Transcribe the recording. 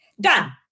done